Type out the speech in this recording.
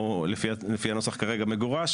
או לפי הנוסח כרגע מגורש